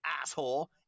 asshole